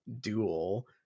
duel